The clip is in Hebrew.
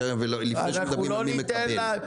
זה לפני שמדברים על מי שמקבל.